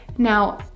Now